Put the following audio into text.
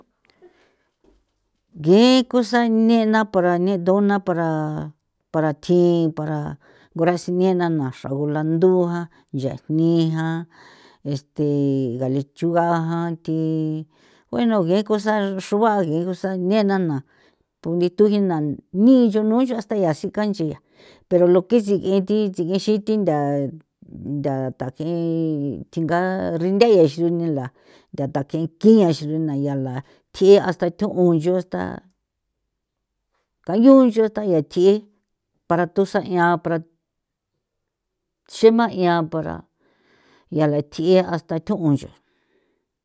nge cosa jne'na para ni dona para ni para tji para ngura sine na nua xra gulandu jan ya jni jan este ga lechuga jan thi bueno nge cosa xruba nge cosa jne'na na nko nduthu jina ni ncho o nu ncho hasta ya sikja nchia pero lo que sigee thi tsigexin thi ntha nthaje tinga rinda ya xi undala ntha thakin kian xrina ya la tji hasta thon 'on yu hasta kai yu nchu sta ya tji para thusa'ian para xema'ia para yala thji hasta thon 'on ncho.